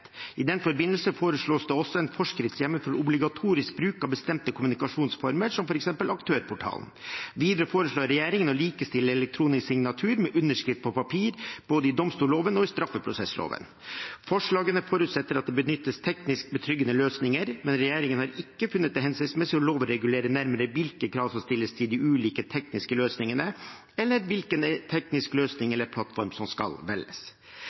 I den forbindelse foreslås det også en forskriftshjemmel for obligatorisk bruk av bestemte kommunikasjonsformer, som f.eks. Aktørportalen. Videre foreslår regjeringen å likestille elektronisk signatur med underskrift på papir, både i domstolloven og i straffeprosessloven. Forslagene forutsetter at det benyttes teknisk betryggende løsninger, men regjeringen har ikke funnet det hensiktsmessig å lovregulere nærmere hvilke krav som stilles til de ulike tekniske løsningene, eller hvilken teknisk løsning eller plattform som skal velges.